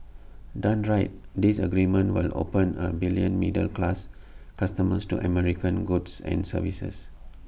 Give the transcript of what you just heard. done right this agreement will open A billion middle class customers to American goods and services